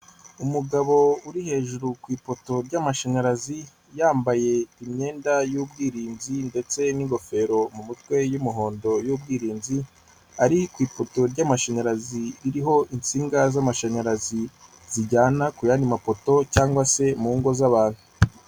Umugabo uri hejuru ku ipoto ry'amashanyarazi, yambaye imyenda y'ubwirinzi ndetse n'ingofero mu mitwe y'umuhondo y'ubwirinzi ari ku ifoto ry'amashanyarazi, iriho insinga z'amashanyarazi zijyana ku yandi mapoto cyangwag se mu ngo z'abantu